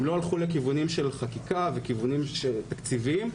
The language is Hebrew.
הם לא הלכו לכיוונים של חקיקה וכיוונים תקציביים,